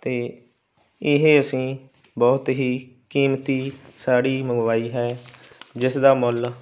ਅਤੇ ਇਹ ਅਸੀਂ ਬਹੁਤ ਹੀ ਕੀਮਤੀ ਸਾੜੀ ਮੰਗਵਾਈ ਹੈ ਜਿਸ ਦਾ ਮੁੱਲ